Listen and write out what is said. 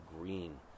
green